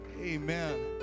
Amen